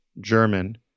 German